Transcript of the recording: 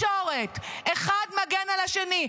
והתקשורת, אחד מגן על השני.